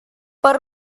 per